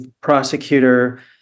Prosecutor